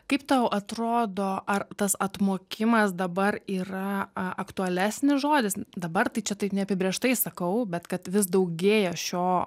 kaip tau atrodo ar tas atmokimas dabar yra a aktualesnis žodis dabar tai čia taip neapibrėžtai sakau bet kad vis daugėja šio